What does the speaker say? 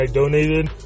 donated